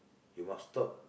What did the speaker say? you must stop